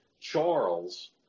Charles